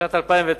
בשנת 2009